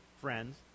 friends